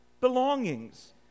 belongings